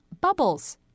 bubbles